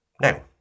Now